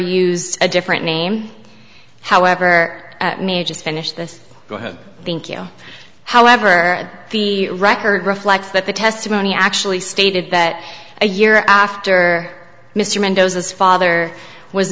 used a different name however may just finish this thank you however the record reflects that the testimony actually stated that a year after mr mendoza's father was